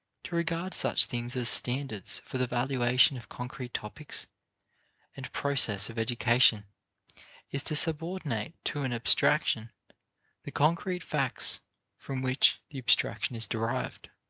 to regard such things as standards for the valuation of concrete topics and process of education is to subordinate to an abstraction the concrete facts from which the abstraction is derived.